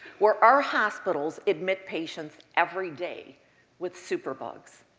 where our hospitals admit patients every day with superbugs.